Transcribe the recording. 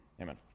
Amen